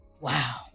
wow